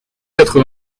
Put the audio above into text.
quatre